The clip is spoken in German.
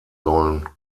sollen